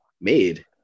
made